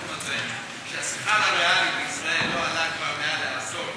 בתחום הזה היא שהשכר הריאלי בישראל לא עלה כבר יותר מעשור,